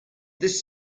this